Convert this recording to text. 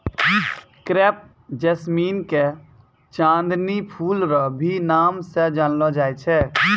crepe jasmine के चांदनी फूल रो भी नाम से जानलो जाय छै